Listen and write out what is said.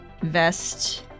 vest